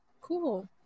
Cool